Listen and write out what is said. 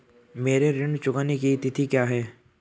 मेरे ऋण चुकाने की तिथि क्या है?